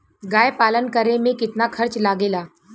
गाय पालन करे में कितना खर्चा लगेला?